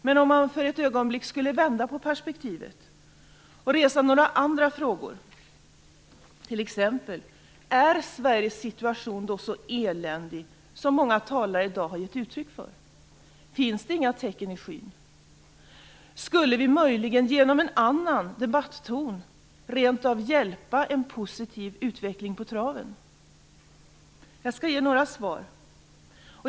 Låt oss för ett ögonblick vända på perspektivet och resa några andra frågor, t.ex.: Är Sveriges situation så eländig som många talare i dag har gett uttryck för? Finns det inga tecken i skyn? Skulle vi möjligen genom en annan debatton rent av hjälpa en positiv utveckling på traven? Jag skall ge några svar.